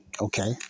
okay